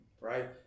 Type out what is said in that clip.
right